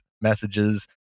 messages